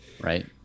Right